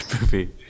movie